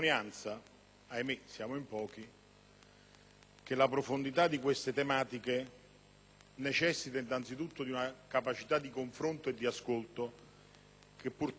che la profondità di queste tematiche necessita innanzitutto di una capacità di confronto e di ascolto che purtroppo qualche volta manca.